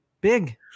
Big